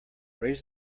raise